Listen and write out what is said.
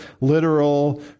literal